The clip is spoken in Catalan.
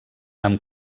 amb